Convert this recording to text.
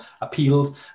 appealed